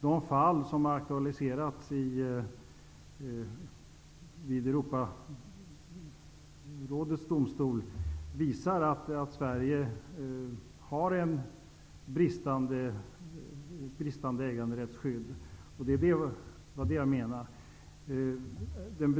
De fall som har aktualiserats vid Europarådets domstol visar att Sverige har ett bristfälligt äganderättsskydd.